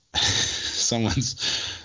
Someone's